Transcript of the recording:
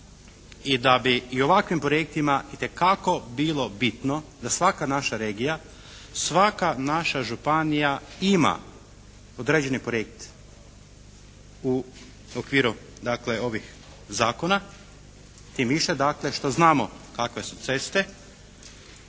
i da bi i ovakvim projektima itekako bilo bitno da svaka naša regija, svaka naša županija ima određeni projekt u okviru dakle ovih zakona, tim više dakle što znamo kakve su ceste